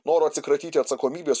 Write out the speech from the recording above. noro atsikratyti atsakomybės